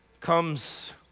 comes